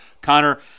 Connor